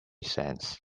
cents